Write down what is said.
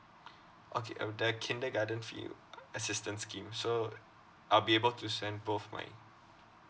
okay uh the kindergarten fee assistance scheme so I'll be able to send both my